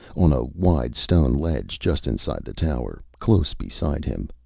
on a wide stone ledge just inside the tower, close beside him.